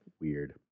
weird